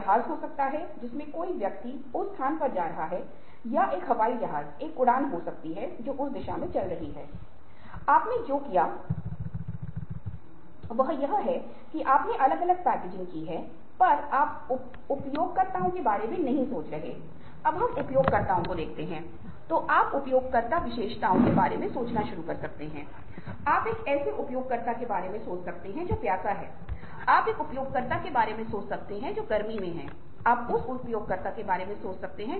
ऐसा नहीं है कि हम अपनी संस्कृति में जो भी उचित महसूस करते हैं हम बात कर सकते हैं हमें जगह स्थिति और और वहां बैठे लोगों को उनकी उम्र और लिंग को भी समझना होगा वह बहुत महत्वपूर्ण भूमिका निभाते है एक और वह अंक जो मैंने बातचीत में सांस्कृतिक अंतर के उस प्रभाव का उल्लेख किया है